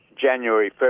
January